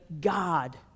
god